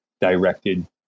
directed